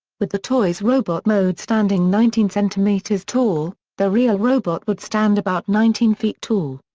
with the toy's robot mode standing nineteen centimeters tall, the real robot would stand about nineteen feet tall.